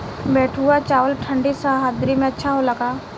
बैठुआ चावल ठंडी सह्याद्री में अच्छा होला का?